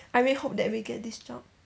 I really hope that we get this job